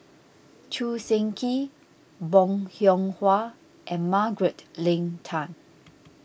Choo Seng Quee Bong Hiong Hwa and Margaret Leng Tan